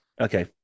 Okay